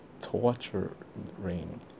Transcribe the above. torturing